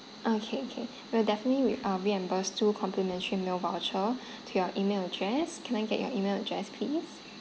okay okay we'll definitely re~ uh reimburse two complimentary meal voucher to your email address can I get your email address please